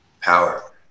power